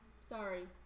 sorry